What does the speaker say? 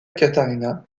catarina